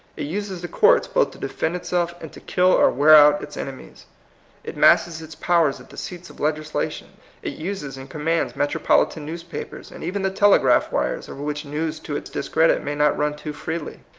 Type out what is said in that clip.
it uses the courts both to defend itself, and to kill or wear out its enemies it masses its powers at the seats of legislation it uses and commands metropolitan newspapers, and even the telegraph wires, over which news to its discredit may not run too freely.